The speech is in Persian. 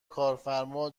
کارفرما